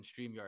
StreamYard